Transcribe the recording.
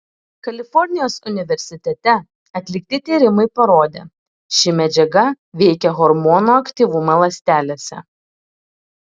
kalifornijos universitete atlikti tyrimai parodė ši medžiaga veikia hormonų aktyvumą ląstelėse